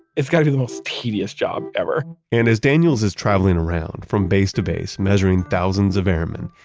it's got to be the most tedious job ever and as daniels is traveling around from base to base measuring thousands of airmen,